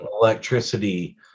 electricity